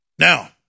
Now